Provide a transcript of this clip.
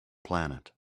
planet